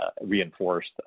reinforced